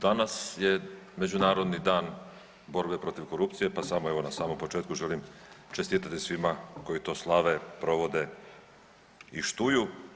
Danas je Međunarodni dan borbe protiv korupcije, pa evo samo na samom početku želim čestitati svima koji to slave, provode i štuju.